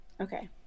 Okay